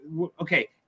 okay